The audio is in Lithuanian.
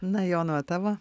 na jonai o tavo